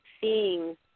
seeing